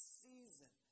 season